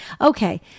Okay